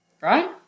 right